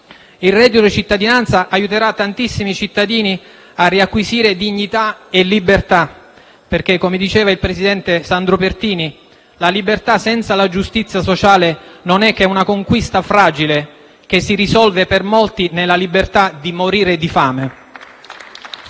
Il reddito di cittadinanza aiuterà tantissimi cittadini a riacquisire dignità e libertà perché, come diceva il presidente Sandro Pertini, «La libertà senza la giustizia sociale non è che è una conquista fragile, che si risolve per molti nella libertà di morire di fame».